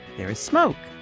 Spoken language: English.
there is smoke,